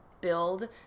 build